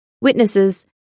Witnesses